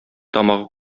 тамагы